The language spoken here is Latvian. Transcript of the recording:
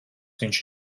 viņš